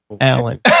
Alan